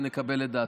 ונקבל את דעתו.